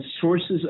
sources